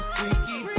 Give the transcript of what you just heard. Freaky